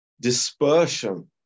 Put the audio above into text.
dispersion